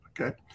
Okay